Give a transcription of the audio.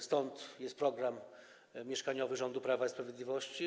Stąd program mieszkaniowy rządu Prawa i Sprawiedliwości.